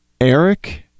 Eric